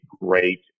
great